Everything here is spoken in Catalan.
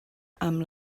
amb